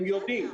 הם יודעים.